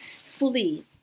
fully